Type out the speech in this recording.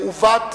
מעוות וחד-צדדי,